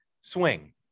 swing